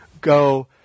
go